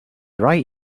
right